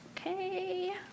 Okay